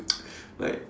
like